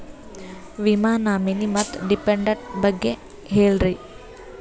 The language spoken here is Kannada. ವಿಮಾ ನಾಮಿನಿ ಮತ್ತು ಡಿಪೆಂಡಂಟ ಬಗ್ಗೆ ಹೇಳರಿ?